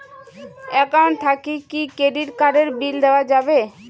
Account থাকি কি credit card এর বিল দেওয়া যাবে?